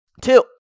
Two